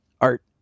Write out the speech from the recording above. Art